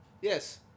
Yes